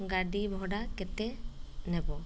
ଗାଡ଼ି ଭଡ଼ା କେତେ ନେବ